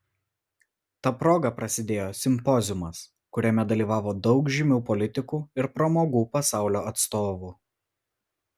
ta proga prasidėjo simpoziumas kuriame dalyvavo daug žymių politikų ir pramogų pasaulio atstovų